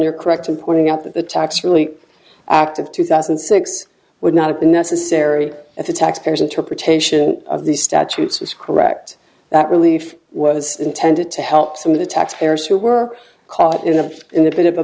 you're correct in pointing out that the tax really act of two thousand and six would not have been necessary if the taxpayer's interpretation of these statutes is correct that relief was intended to help some of the taxpayers who were caught in the in the bit of a